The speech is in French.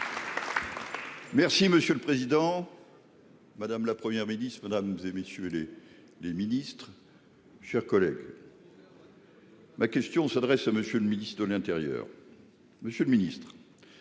Merci monsieur le président. Madame, la Première ministre Madame et messieurs les les ministres chers collègues. Ma question s'adresse à monsieur le ministre de l'Intérieur. Monsieur le Ministre.